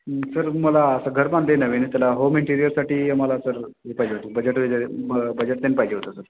sir मला असं घर बांधलं आहे नवीन त्याला होम इंटिरिअरसाठी आम्हाला सर हे पाहिजे होतं बजेट वगैरे ब बजेट तेन पाहिजे होतं सर